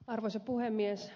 arvoisa puhemies